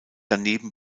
daneben